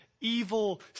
evil